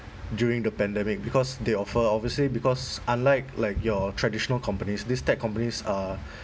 during the pandemic because they offer obviously because unlike like your traditional companies these tech companies are